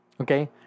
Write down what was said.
okay